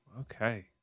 Okay